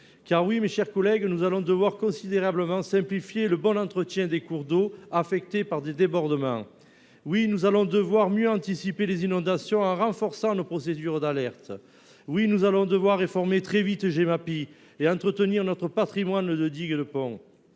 Car oui, mes chers collègues, nous allons devoir considérablement simplifier le bon entretien des cours d’eau affectés par des débordements ! Oui, nous allons devoir mieux anticiper les inondations en renforçant nos procédures d’alerte. Oui, nous allons devoir réformer très vite la Gemapi (gestion des milieux aquatiques et prévention